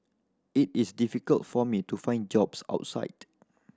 it is difficult for me to find jobs outside